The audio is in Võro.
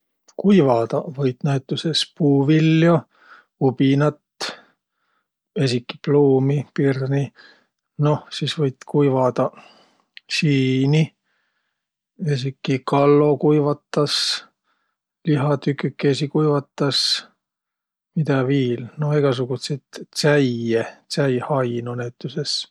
Kuivadaq võit näütüses puuviljä: ubinat, esiki pluumi, pirni. Noh, sis võit kuivadaq siini. Esiki kallo kuivatas, lihatükükeisi kuivatas. Midä viil? Noh, egäsugutsit tsäie, tsäihaino näütüses.